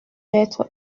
être